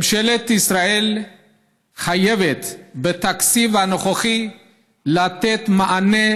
ממשלת ישראל חייבת בתקציב הנוכחי לתת מענה